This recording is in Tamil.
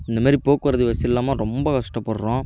இந்தமாரி போக்குவரத்து வசதி இல்லாமல் ரொம்ப கஷ்டப்படுறோம்